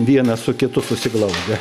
vienas su kitu susiglaudę